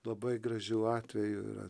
labai gražių atvejų yra